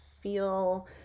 feel